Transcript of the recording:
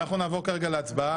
אנחנו נעבור כרגע להצבעה.